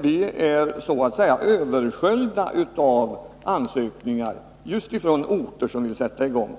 Vi är så att säga översköljda av ansökningar, just ifrån orter som vill sätta i gång.